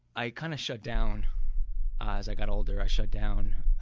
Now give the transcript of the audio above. i kind of shut down as i got older. i shut down